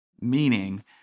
meaning